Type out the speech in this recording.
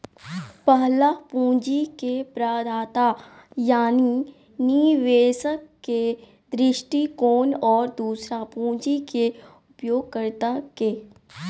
पहला पूंजी के प्रदाता यानी निवेशक के दृष्टिकोण और दूसरा पूंजी के उपयोगकर्ता के